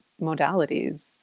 modalities